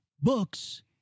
books